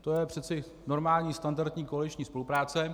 To je přece normální standardní koaliční spolupráce.